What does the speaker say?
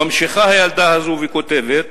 ממשיכה הילדה הזאת וכותבת: